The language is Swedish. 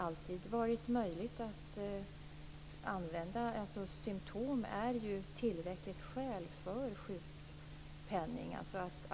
Symtom är tillräckligt skäl för sjukpenning.